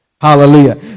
Hallelujah